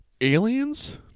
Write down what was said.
aliens